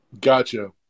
Gotcha